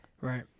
Right